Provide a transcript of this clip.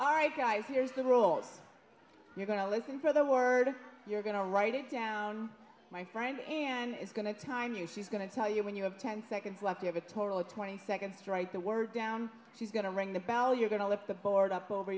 all right guys here's the rules you're going to listen for the word you're going to write it down my friend and it's going to time is she's going to tell you when you have ten seconds left you have a total of twenty seconds write the word down she's going to ring the bell you're going to let the board up over